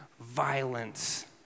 violence